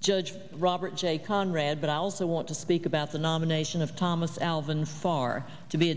judge robert j conrad but i also want to speak about the nomination of thomas alvin far to be